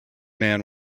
man